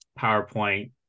PowerPoint